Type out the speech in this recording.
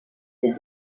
deux